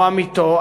או עמיתו,